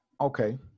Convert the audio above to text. okay